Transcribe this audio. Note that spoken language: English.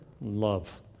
love